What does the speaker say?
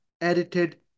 edited